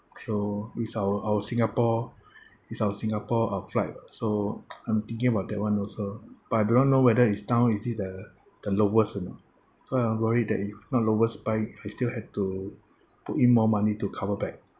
so with our our singapore with our singapore uh flight so I'm thinking about that [one] also but I do not know whether it's down is it the the lowest or not because I worried that if not lowest buy I still have to put in more money to cover back